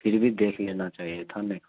پھر بھی دیکھ لینا چاہیے تھا میں کہا